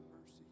mercy